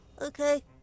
Okay